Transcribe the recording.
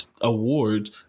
awards